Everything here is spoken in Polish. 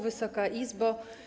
Wysoka Izbo!